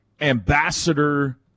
ambassador